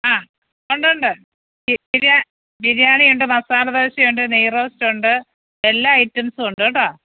ആ ഉണ്ട് ഉണ്ട് ബിരിയാണി ബിരിയാണിയുണ്ട് മസാല ദോശയുണ്ട് നെയ്റോസ്റ്റുണ്ട് എല്ലാ ഐറ്റംസുമുണ്ട് കേട്ടോ